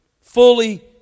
fully